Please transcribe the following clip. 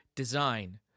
Design